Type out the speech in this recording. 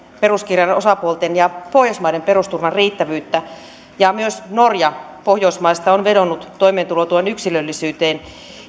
peruskirjan osapuolten ja pohjoismaiden perusturvan riittävyyttä ja myös norja pohjoismaista on vedonnut toimeentulotuen yksilöllisyyteen